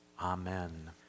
Amen